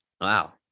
Wow